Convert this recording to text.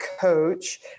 coach